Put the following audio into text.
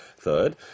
Third